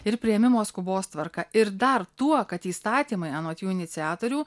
ir priėmimo skubos tvarka ir dar tuo kad įstatymai anot jų iniciatorių